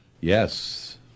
Yes